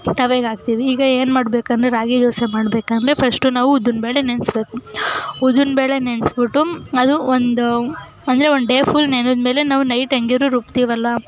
ತವಗೆ ಹಾಕ್ತೀವಿ ಈಗ ಏನು ಮಾಡಬೇಕಂದ್ರೆ ರಾಗಿ ದೋಸೆ ಮಾಡಬೇಕಂದ್ರೆ ಫಸ್ಟು ನಾವು ಉದ್ದಿನ ಬೇಳೆ ನೆನೆಸ್ಬೇಕು ಉದ್ದಿನ ಬೇಳೆ ನೆನೆಸ್ಬಿಟ್ಟು ಅದು ಒಂದು ಅಂದರೆ ಒಂದು ಡೇ ಫುಲ್ ನೆನೆದಮೇಲೆ ನಾವು ನೈಟ್ ಹೆಂಗಿದ್ರೂ ರುಬ್ತೀವಲ್ಲ